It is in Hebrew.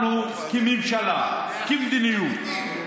אנחנו כממשלה, כמדיניות,